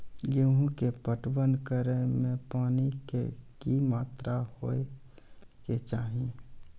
गेहूँ के पटवन करै मे पानी के कि मात्रा होय केचाही?